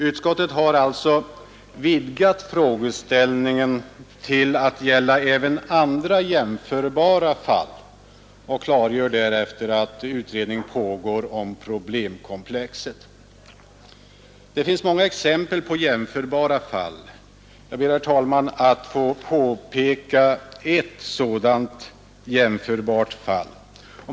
Utskottet har alltså vidgat frågeställningen till att gälla även andra jämförbara fall och klargör därefter att utredning pågår om problemkomplexet. Det finns många exempel på jämförbara fall. Jag ber, herr talman, att få påpeka ett sådant fall.